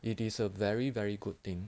it is a very very good thing